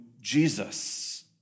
Jesus